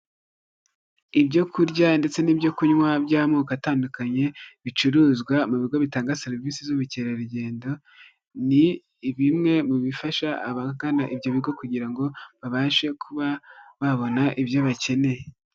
Ibyo kurya ndetse n'ibyo kunywa by'amoko atandukanye bicuruzwa mu bigo bitanga serivisi z'ubukerarugendo ni bimwe mu bifasha abagana ibyo bigo kugira ngo babashe kuba babona ibyo bakeneye.